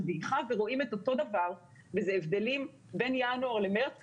דעיכה ורואים את אותו הדבר וזה הבדלים בין ינואר למארס,